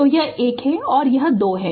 तो यह 1 है यह 2 है